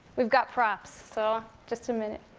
we've got props, so just a minute.